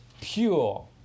pure